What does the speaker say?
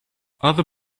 other